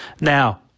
Now